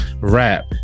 rap